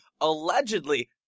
allegedly